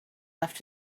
left